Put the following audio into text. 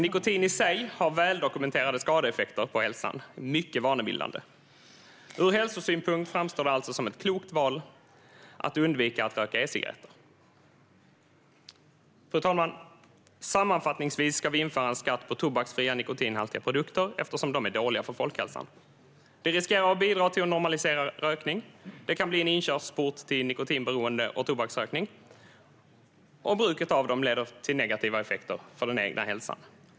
Nikotin i sig har väldokumenterade skadeeffekter på hälsan och är mycket vanebildande. Ur hälsosynpunkt framstår det alltså som ett klokt val att undvika att röka e-cigaretter. Fru talman! Sammanfattningsvis ska vi införa en skatt på tobaksfria nikotinhaltiga produkter, eftersom de är dåliga för folkhälsan. De riskerar att bidra till att normalisera rökning. De kan bli en inkörsport till nikotinberoende och tobaksrökning, och bruket av dem leder till negativa effekter för den egna hälsan.